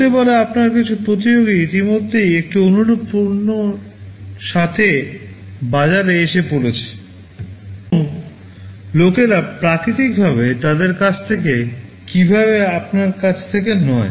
হতে পারে আপনার কিছু প্রতিযোগী ইতিমধ্যে একটি অনুরূপ পণ্যর সাথে বাজারে এসে পড়েছে এবং লোকেরা প্রাকৃতিকভাবে তাদের কাছ থেকে কিনবে আপনার কাছ থেকে নয়